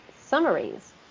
summaries